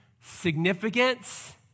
significance